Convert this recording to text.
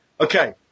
Okay